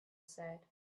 said